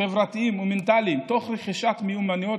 חברתיים ומנטליים תוך רכישת מיומנות